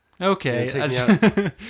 Okay